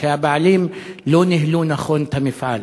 שהבעלים לא ניהלו נכון את המפעל?